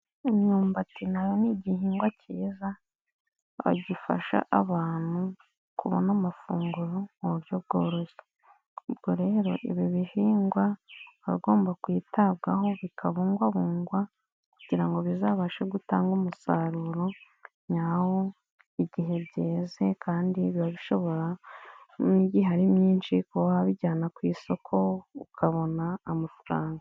Imyumbati na yo ni igihingwa cyiza, bagifasha abantu kubona amafunguro mu buryo bworoshye, ubwo rero ibi bihingwa hagomba kwitabwaho, bikabungwabungwa kugira ngo bizabashe gutanga umusaruro nyawo, igihe byeze kandi biba bishobora n'igihe ari myinshi kuba wabijyana ku isoko, ukabona amafaranga.